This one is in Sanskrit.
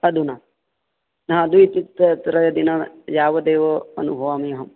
अधुना न द्वि त् त्रय दिन यावदेव अनुभवामि अहं